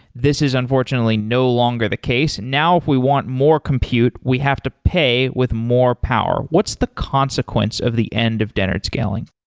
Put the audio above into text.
this is unfortunately no longer the case. now if we want more compute, we have to pay with more power. what's the consequence of the end of dennard scaling?